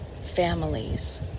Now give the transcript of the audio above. families